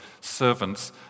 servants